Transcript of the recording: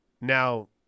Now